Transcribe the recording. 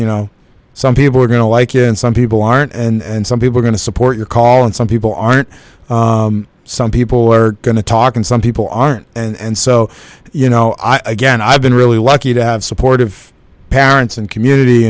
you know some people are going to like you and some people aren't and some people are going to support your call and some people aren't some people are going to talk and some people aren't and so you know i again i've been really lucky to have supportive parents and community